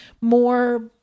more